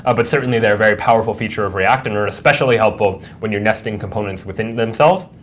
ah but certainly they're a very powerful feature of react, and are especially helpful when you're nesting components within themselves.